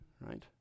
right